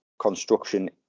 construction